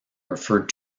referred